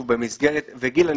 וגיל,